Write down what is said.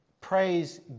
praise